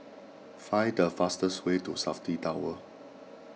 find the fastest way to Safti Tower